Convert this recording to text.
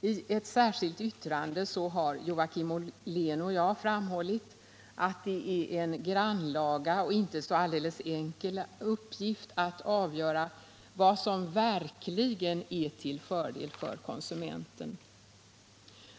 I ett särskilt yttrande har Joakim Ollén och jag framhållit att det är en grannlaga och inte så alldeles enkel uppgift att avgöra vad som verkligen är till fördel för konsumenten.